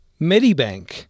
Medibank